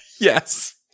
Yes